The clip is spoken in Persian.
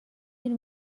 دونی